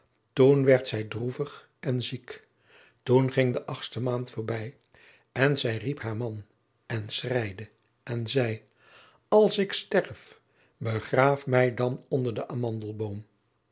toen werd zij droevig en ziek toen ging de achtste maand voorbij en zij riep haar man en schreide en zei als ik sterf begraaf mij dan onder den